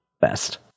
best